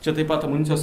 čia taip pat amunicijos